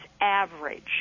average